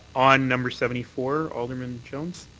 on number seventy four, alderman jones.